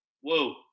whoa